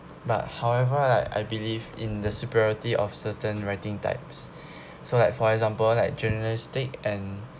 but however like I believe in the superiority of certain writing types so like for example like generalistic and